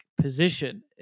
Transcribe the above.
position